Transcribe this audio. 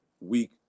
week